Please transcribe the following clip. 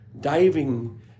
diving